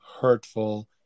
hurtful